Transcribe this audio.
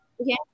Okay